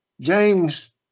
James